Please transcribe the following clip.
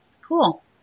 Cool